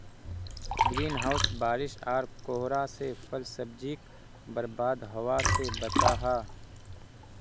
green house बारिश आर कोहरा से फल सब्जिक बर्बाद होवा से बचाहा